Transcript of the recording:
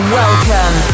welcome